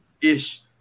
ish